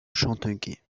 chanteguet